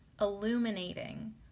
illuminating